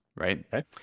Right